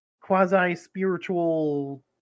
quasi-spiritual